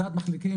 הצעת מחליטים,